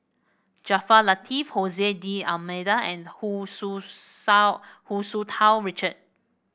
Jaafar Latiff D'Almeida and Hu Tsu Hu Tsu Tau Richard